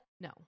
No